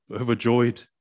overjoyed